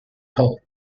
health